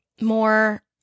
more